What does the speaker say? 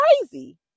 crazy